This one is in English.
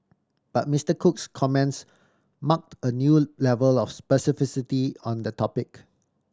but Mister Cook's comments marked a new level of specificity on the topic